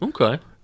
okay